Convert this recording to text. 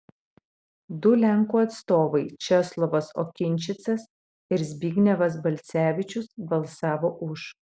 du lenkų atstovai česlovas okinčicas ir zbignevas balcevičius balsavo už